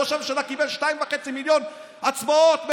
ראש הממשלה קיבל 2.5 מיליון הצבעות.